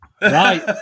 Right